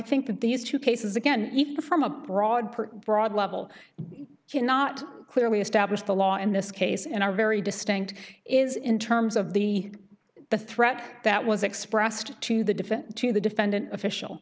think that these two cases again from a broad broad level cannot clearly establish the law in this case and are very distinct is in terms of the the threat that was expressed to the defendant to the defendant official